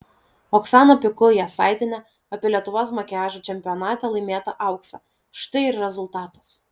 oksana pikul jasaitienė apie lietuvos makiažo čempionate laimėtą auksą štai ir rezultatas